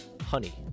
honey